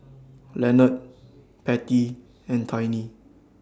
Lenord Pattie and Tiny